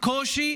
קושי